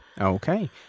okay